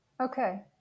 okay